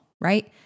Right